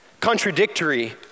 contradictory